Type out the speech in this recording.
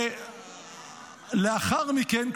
לאחר מכן,